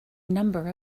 number